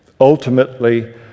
ultimately